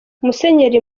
musenyeri